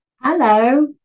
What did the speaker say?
Hello